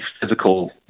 physical